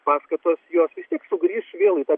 paskatos jos vis tiek sugrįš vėl į tą